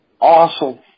Awesome